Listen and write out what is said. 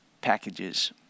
packages